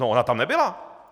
Ona tam nebyla.